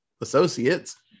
associates